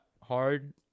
hard